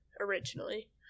originally